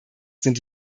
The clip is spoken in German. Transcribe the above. sind